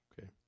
Okay